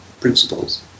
principles